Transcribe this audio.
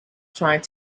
trying